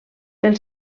pel